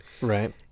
Right